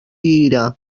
ira